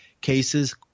Cases